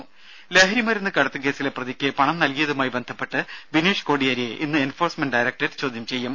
ദ്ദേ ലഹരി മരുന്ന് കടത്തു കേസിലെ പ്രതിയ്ക്ക് പണം നൽകിയതുമായി ബന്ധപ്പെട്ട് ബിനീഷ് കോടിയേരിയെ ഇന്ന് എൻഫോഴ്സ്മെന്റ് ഡയറക്ടറേറ്റ് ചോദ്യം ചെയ്യും